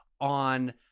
on